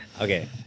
Okay